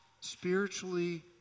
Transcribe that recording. spiritually